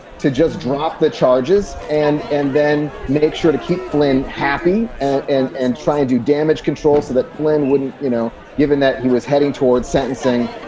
to just drop the charges and and then make sure to keep flynn happy and and and try to and do damage control so that flynn wouldn't you know, given that he was heading towards sentencing,